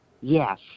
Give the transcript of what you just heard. Yes